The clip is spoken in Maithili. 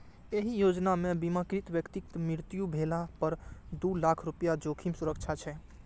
एहि योजना मे बीमाकृत व्यक्तिक मृत्यु भेला पर दू लाख रुपैया जोखिम सुरक्षा छै